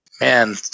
Man